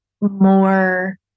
more